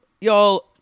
y'all